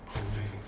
hongdae